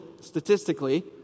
statistically